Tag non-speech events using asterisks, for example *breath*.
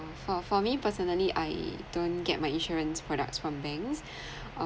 for for me personally I don't get my insurance products from banks *breath*